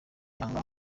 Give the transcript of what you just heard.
yanga